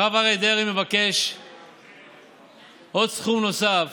הרב אריה דרעי מבקש סכום נוסף